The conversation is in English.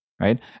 right